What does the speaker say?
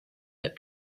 that